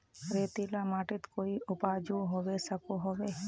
रेतीला माटित कोई उपजाऊ होबे सकोहो होबे?